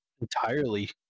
entirely